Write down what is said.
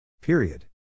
Period